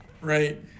Right